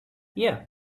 yeah